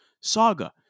saga